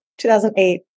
2008